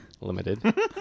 Limited